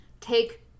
Take